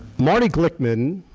marty glickman